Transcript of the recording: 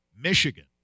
Michigan